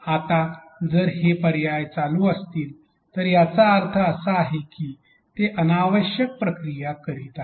आता जर ते पर्याय जर चालू असतील तर याचा अर्थ असा आहे की ते अनावश्यक प्रक्रिया करीत आहेत